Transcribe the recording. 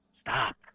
stop